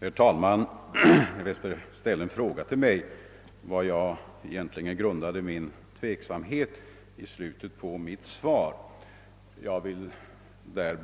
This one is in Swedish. Herr talman! Herr Westberg frågade varpå jag egentligen grundade min tveksamhet i slutet av mitt svar. Jag vill helt